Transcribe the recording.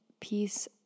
piece